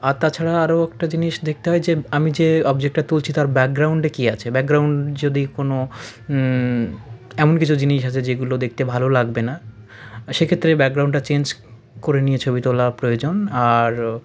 আর তাছাড়া আরো একটা জিনিস দেখতে হয় যে আমি যে অবজেক্টটার তুলছি তার ব্যাকগ্রাউন্ডে কী আছে ব্যাকগ্রাউন্ড যদি কোনো এমন কিছু জিনিস আছে যেগুলো দেখতে ভালো লাগবে না সেক্ষেত্রে ব্যাকগ্রাউন্ডটা চেঞ্জ করে নিয়ে ছবি তোলা প্রয়োজন আর